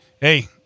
hey